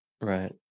Right